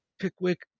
Pickwick